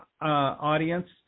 audience